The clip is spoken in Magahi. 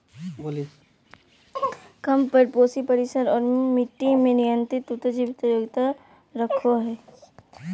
कम परपोषी परिसर और मट्टी में नियंत्रित उत्तर जीविता योग्यता रखो हइ